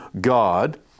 God